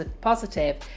positive